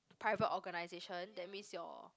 private organisation that means your